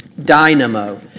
Dynamo